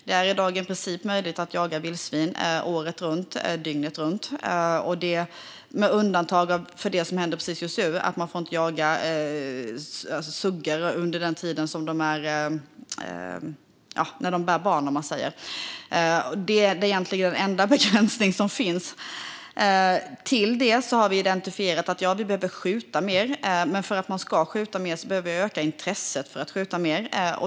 Det är i dag i princip möjligt att jaga vildsvin året runt, dygnet runt - med undantag för att man inte får jaga suggor under den tid, vilket är precis just nu, som de bär barn. Det är egentligen den enda begränsning som finns. Till det har vi identifierat att vi behöver skjuta mer, men för att man ska skjuta mer behöver vi öka intresset för att skjuta mer.